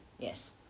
Yes